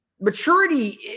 Maturity